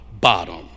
bottom